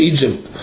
Egypt